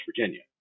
virginia